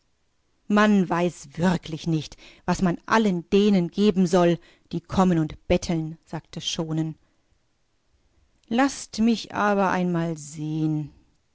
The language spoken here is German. man weiß wirklich nicht was man allen denen geben soll die kommen und betteln sagte schoonen laß mich aber einmal sehen